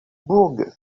burg